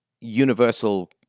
universal